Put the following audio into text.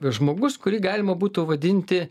žmogus kurį galima būtų vadinti